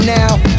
now